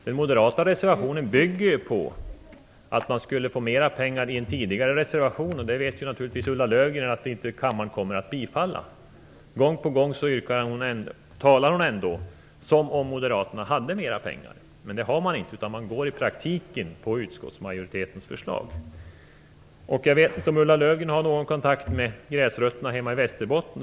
Den moderata reservationen bygger ju på att man skulle få mer pengar genom bifall till en tidigare reservation. Det vet naturligtvis Ulla Löfgren att kammaren inte kommer att göra. Gång på gång talar hon ändå som om moderaterna hade mer pengar. Men det har man inte, utan man går i praktiken på utskottsmajoritetens förslag. Jag vet inte om Ulla Löfgren har någon kontakt med gräsrötterna hemma i Västerbotten.